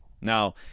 Now